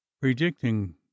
predicting